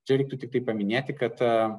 tai reiktų tiktai paminėti kad